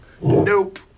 Nope